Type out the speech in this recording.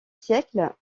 siècles